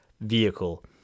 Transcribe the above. vehicle